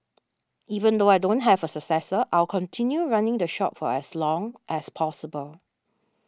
even though I don't have a successor I'll continue running the shop for as long as possible